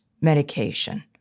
medication